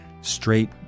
straight